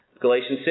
Galatians